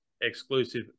exclusive